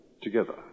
together